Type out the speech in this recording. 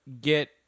get